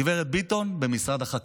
גב' ביטון, משרד החקלאות.